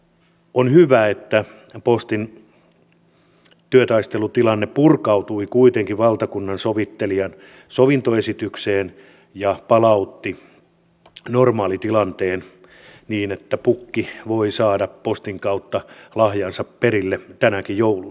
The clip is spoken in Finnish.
on hyvä että postin työtaistelutilanne purkautui kuitenkin valtakunnansovittelijan sovintoesitykseen ja palautti normaalitilanteen niin että pukki voi saada postin kautta lahjansa perille tänäkin jouluna